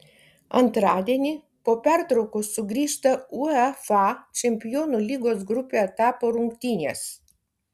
antradienį po pertraukos sugrįžta uefa čempionų lygos grupių etapo rungtynės